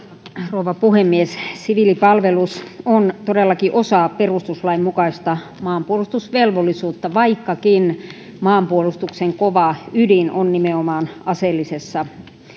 rouva puhemies siviilipalvelus on todellakin osa perustuslain mukaista maanpuolustusvelvollisuutta vaikkakin maanpuolustuksen kova ydin on nimenomaan aseellisessa